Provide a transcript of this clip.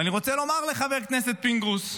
ואני רוצה לומר לחבר הכנסת פינדרוס,